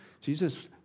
Jesus